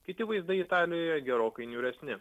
kiti vaizdai italijoje gerokai niūresni